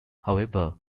however